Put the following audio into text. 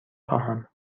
خواهم